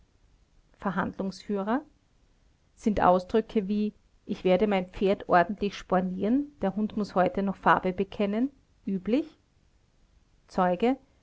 verhandlungsführer sind ausdrücke wie ich werde mein pferd ordentlich spornieren der hund muß heute noch farbe bekennen üblich zeuge